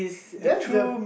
then the